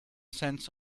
cents